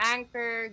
Anchor